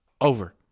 over